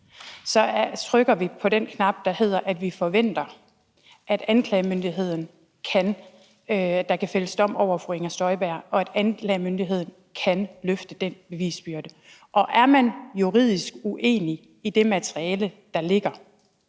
at der kan fælles dom over fru Inger Støjberg, og at anklagemyndigheden kan løfte den bevisbyrde. Og er man juridisk uenig i det materiale, der ligger,